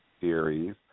series